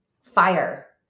fire